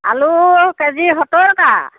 আলু কেজি সত্তৰ টকা